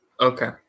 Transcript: Okay